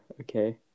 okay